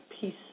peace